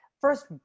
first